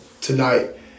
tonight